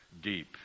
deep